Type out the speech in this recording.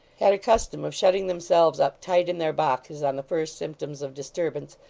had a custom of shutting themselves up tight in their boxes on the first symptoms of disturbance,